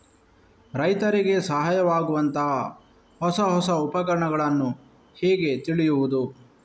ರೈತರಿಗೆ ಸಹಾಯವಾಗುವಂತಹ ಹೊಸ ಹೊಸ ಉಪಕರಣಗಳನ್ನು ಹೇಗೆ ತಿಳಿಯುವುದು?